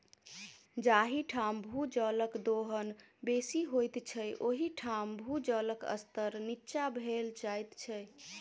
जाहि ठाम भूजलक दोहन बेसी होइत छै, ओहि ठाम भूजलक स्तर नीचाँ भेल जाइत छै